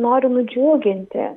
noriu nudžiuginti